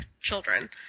children